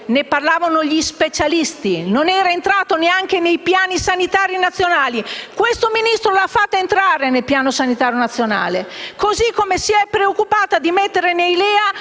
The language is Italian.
ne parlavano gli specialisti e questa patologia non era entrata neanche nei piani sanitari nazionali. Questo Ministro l'ha fatta rientrare nel Piano sanitario nazionale, così come si è preoccupata di affrontare